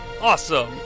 Awesome